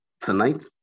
tonight